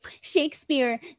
Shakespeare